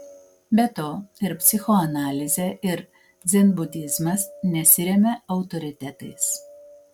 be to ir psichoanalizė ir dzenbudizmas nesiremia autoritetais